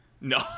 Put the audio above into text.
no